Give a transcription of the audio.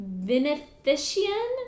benefician